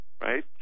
Right